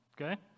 okay